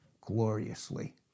gloriously